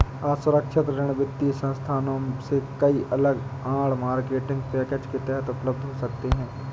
असुरक्षित ऋण वित्तीय संस्थानों से कई अलग आड़, मार्केटिंग पैकेज के तहत उपलब्ध हो सकते हैं